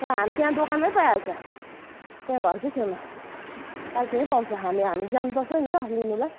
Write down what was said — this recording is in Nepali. अब हाम्रो त्यहाँ दोकानमै पाइहाल्छ त्यहाँ घरकै छेउमा कालचिनीमै पाउँछ हामी हामी जानु पर्छ नि ल लिनुलाई